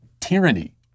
tyranny